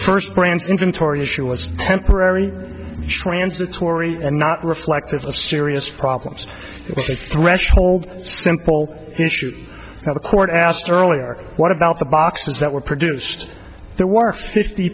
first brands inventory issue was temporary transitory and not reflective of serious problems threshold simple issues now the court asked earlier what about the boxes that were produced there were fifty